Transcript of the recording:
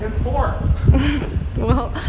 four well,